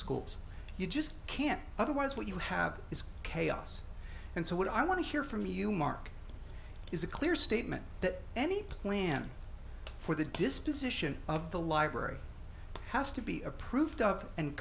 schools you just can't otherwise what you have is chaos and so what i want to hear from you mark is a clear statement that any plan for the disposition of the library has to be approved of and